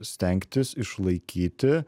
stengtis išlaikyti